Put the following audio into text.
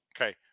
Okay